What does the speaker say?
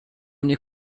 mnie